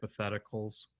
hypotheticals